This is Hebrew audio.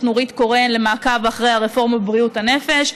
נורית קורן למעקב אחרי הרפורמה בבריאות הנפש.